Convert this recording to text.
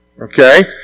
Okay